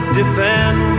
defend